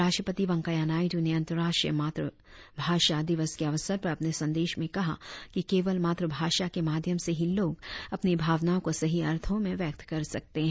उपराष्ट्रपति वेंकैया नायडू ने अंतर्राष्ट्रीय मातृभाषा दिवस के अवसर पर अपने संदेश में कहा कि केवल मातृभाषा के माध्यम से ही लोग अपनी भावनाओं को सही अर्थो में व्यक्त कर सकते हैं